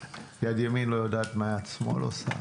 יד ימין לא יודעת מה יד שמאל עושה.